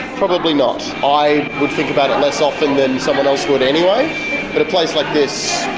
probably not. i would think about it less often than someone else would anyway, but a place like this